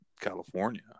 California